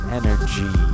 energy